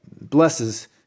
blesses